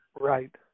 Right